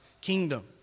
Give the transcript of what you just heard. kingdom